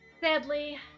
sadly